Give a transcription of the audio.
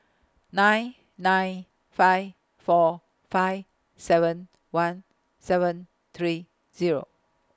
nine nine five four five seven one seven three Zero